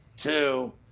Two